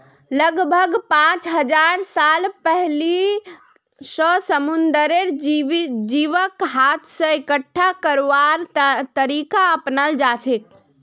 लगभग पचास हजार साल पहिलअ स समुंदरेर जीवक हाथ स इकट्ठा करवार तरीका अपनाल जाछेक